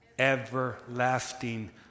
everlasting